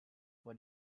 what